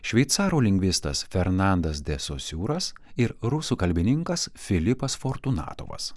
šveicarų lingvistas fernandas de sosiūras ir rusų kalbininkas filipas fortunatovas